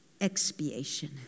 expiation